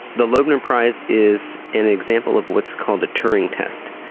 the loebner prize is an example of what's called the turing test.